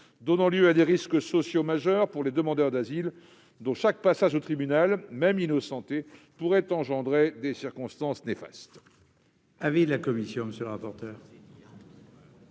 donnant lieu à des risques sociaux majeurs pour les demandeurs d'asile, dont chaque passage au tribunal, même s'ils en sortent innocentés, pourrait engendrer des conséquences néfastes.